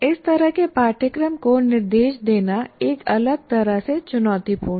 इस तरह के पाठ्यक्रम को निर्देश देना एक अलग तरह से चुनौतीपूर्ण है